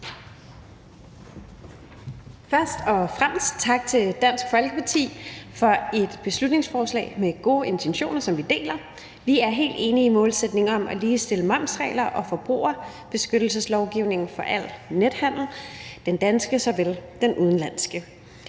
Først og fremmest tak til Dansk Folkeparti for et beslutningsforslag med gode intentioner, som vi deler. Vi er helt enige i målsætningen om at ligestille momsreglerne og forbrugerbeskyttelseslovgivningen for al nethandel, den danske såvel som den udenlandske.